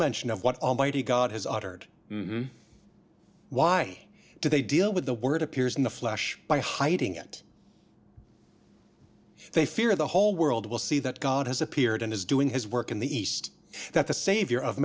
mention of what almighty god has uttered why do they deal with the word appears in the flesh by hiding it they fear the whole world will see that god has appeared and is doing his work in the east that the savior of